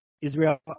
Israel